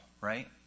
Right